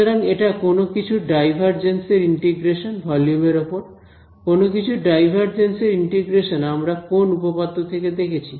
সুতরাং এটা কোনো কিছুর ডাইভারজেন্স এর ইন্টিগ্রেশন ভলিউম এর ওপর কোনো কিছুর ডাইভারজেন্স এর ইন্টিগ্রেশন আমরা কোন উপপাদ্য থেকে দেখেছি